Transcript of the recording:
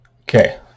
okay